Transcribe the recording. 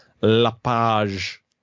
Lapage